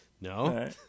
No